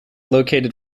located